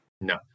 no